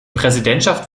präsidentschaft